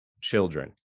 children